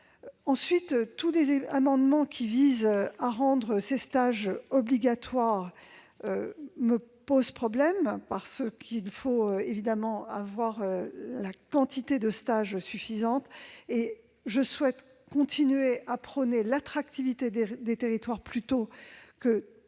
En outre, tous les amendements visant à rendre ces stages obligatoires me posent problème, parce qu'il faut pouvoir proposer une quantité de stages suffisante. Je souhaite continuer à prôner l'attractivité des territoires plutôt que